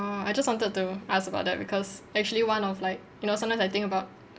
oh I just wanted to ask about that because actually one of like you know sometimes I think about